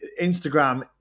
instagram